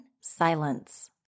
silence